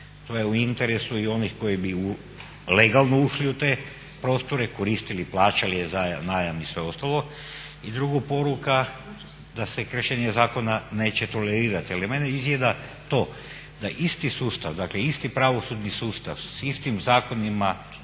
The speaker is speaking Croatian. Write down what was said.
To je u interesu i onih koji bi legalno ušli u te prostore, koristili, plaćali najam i sve ostalo. I drugo poruka da se kršenje zakona neće tolerirati. Ali mene izjeda to da isti sustav, dakle isti pravosudni sustav s istim zakonima,